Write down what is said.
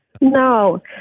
no